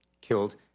killed